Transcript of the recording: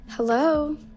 Hello